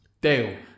Dale